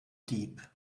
deep